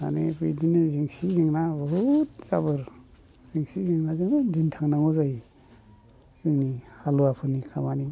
माने बिदिनो जिंसि जेंना बहुद जाबोर जिंसि जेंनाजोंनो दिन थांनांगौ जायो जोंनि हालुवाफोरनि खामानि